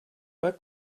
pas